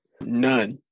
None